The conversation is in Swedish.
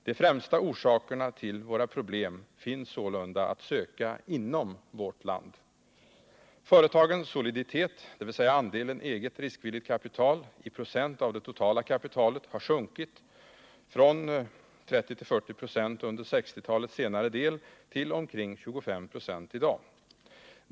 De främsta orsakerna till våra problem är sålunda att söka inom vårt land. Företagens soliditet — dvs. andelen eget riskvilligt kapital — i procent av det totala kapitalet har sjunkit från 30-40 96 under 1960-talets senare del till omkring 25 96 i dag.